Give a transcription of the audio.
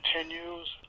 continues